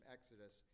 Exodus